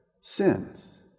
sins